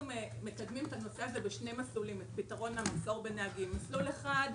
אנחנו מקדמים את פתרון המחסור בנהגים בשני מסלולים: מסלול אחד,